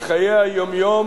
בחיי היום-יום